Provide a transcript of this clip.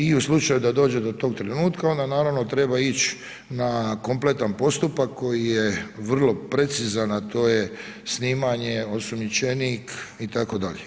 I u slučaju da dođe do tog trenutka onda naravno treba ići na kompletan postupak koji je vrlo precizan a to je snimanje, osumnjičenik, itd.